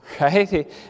right